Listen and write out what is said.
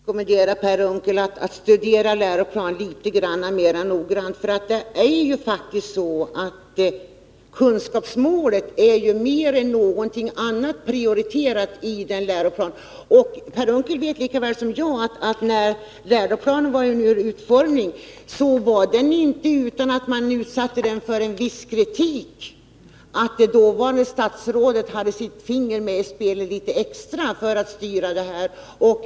Herr talman! Jag vill rekommendera Per Unckel att studera läroplanen litet mera noggrant. Det är ju faktiskt så att kunskapsmålet mer än någonting annat är prioriterat i läroplanen. Per Unckel vet lika väl som jag att när läroplanen var under utformning var det inte utan att man utsatte det för en viss kritik att det dåvarande statsrådet hade sitt finger med i spelet för att styra litet extra.